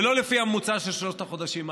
ולא לפי הממוצע של שלושת החודשים האחרונים.